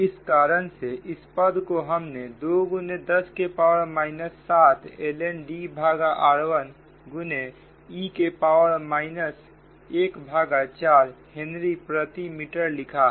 इस कारण से इस पद को हमने 2 10 के पावर माइनस 7 ln D भागा r1 गुने e के पावर माइनस एक भागा चार हेनरी प्रति मीटर लिखा है